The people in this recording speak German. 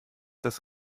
das